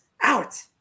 out